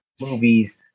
movies